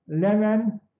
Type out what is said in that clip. lemon